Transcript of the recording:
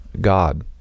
God